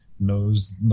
knows